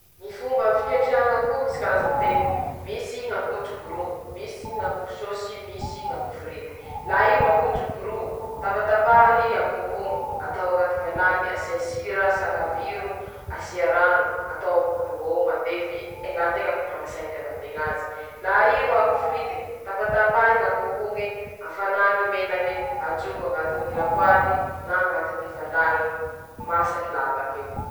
Manahaky anizao ñy fomba handrenako ñy tragnoko mikoronta :-Areniko tse traño o,fafa, vita reny ie, atao aminy ñy toera tokony hisy azy kirairaiky iaby ñy enta añaty traño ao ;ze tokony hiharo reñy aharo raiky ñy siky malio atao aminy ñy toera misyñy siky malio, ñy siky maloto atao aminy ñy toera misy ñy siky maloto, atao añabo latabo ze tokony ho añabo latabo, atao ambany kitrely ze tokony ho ambany kitrely.